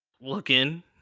looking